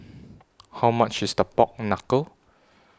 How much IS The Pork Knuckle